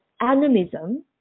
animism